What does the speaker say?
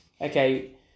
Okay